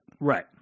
Right